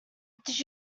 did